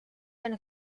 when